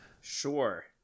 Sure